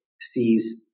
sees